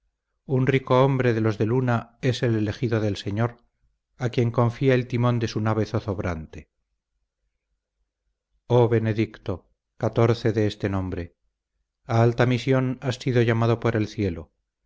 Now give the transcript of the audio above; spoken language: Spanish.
un rico hombre de los de luna es el elegido del señor a quien confía el timón de su nave zozobrante oh benedicto catorce de este nombre a alta misión has sido llamado por el cielo